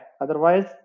Otherwise